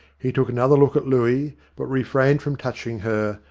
he took another look at looey, but refrained from touch ing her,